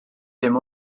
dim